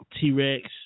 T-Rex